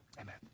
Amen